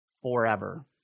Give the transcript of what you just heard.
Forever